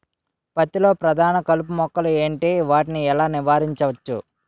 పత్తి లో ప్రధాన కలుపు మొక్కలు ఎంటి? వాటిని ఎలా నీవారించచ్చు?